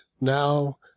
now